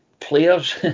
Players